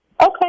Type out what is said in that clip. Okay